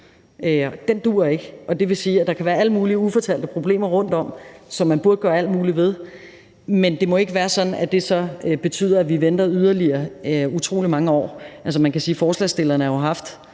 det duer ikke. Det vil sige, at der kan være alle mulige ufortalte problemer rundtom, som man burde gøre alt muligt ved. Men det må ikke være sådan, at det så betyder, at vi venter i yderligere mange år. Man kan jo sige, at selv om